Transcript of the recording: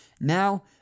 Now